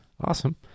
awesome